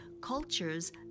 cultures